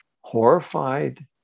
horrified